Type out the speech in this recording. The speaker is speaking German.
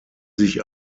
sich